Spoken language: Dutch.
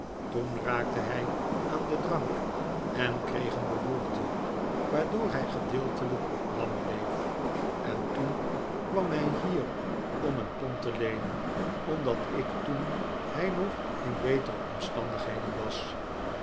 toen raakte hij aan den drank en kreeg een beroerte waardoor hij gedeeltelijk lam bleef en toen kwam hij hier om een pond te leenen omdat ik toen hij nog in betere omstandigheden was